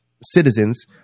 citizens